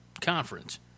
conference